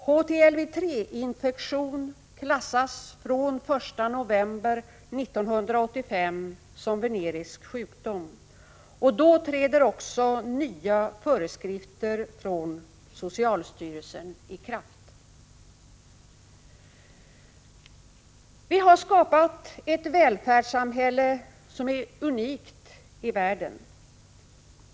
HTLV 3-infektion klassas från den 1 november 1985 som venerisk sjukdom. Då träder också nya föreskrifter från socialstyrelsen i kraft. Vi har skapat ett välfärdssamhälle som är unikt i världen.